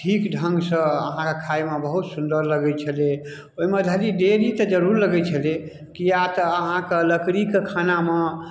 ठीक ढङ्गसँ अहाँके खाइमे बहुत सुन्दर लगै छलै ओइम धरि देरी तऽ जरूर लगै छलै किएक तऽ अहाँके लकड़ीके खानामे